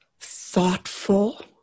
thoughtful